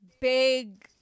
big